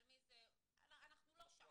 על מי זה --- אנחנו לא שם.